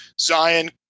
Zion